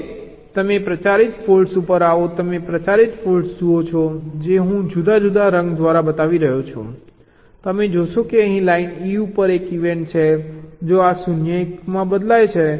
હવે તમે પ્રચારિત ફોલ્ટ્સ ઉપર આવો તમે પ્રચારિત ફોલ્ટ્સ જુઓ છો જે હું જુદા જુદા રંગ દ્વારા બતાવી રહ્યો છું તમે જોશો કે અહીં લાઇન E ઉપર એક ઇવેન્ટ છે જો આ 0 1 માં બદલાય છે